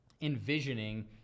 envisioning